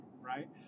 right